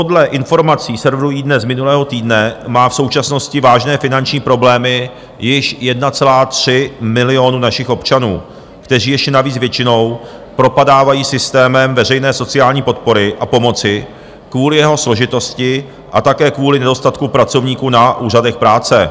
Podle informací serveru iDNES z minulého týdne má v současnosti vážné finanční problémy již 1,3 milionu našich občanů, kteří ještě navíc většinou propadávají systémem veřejné sociální podpory a pomoci kvůli jeho složitosti a také kvůli nedostatku pracovníků na úřadech práce.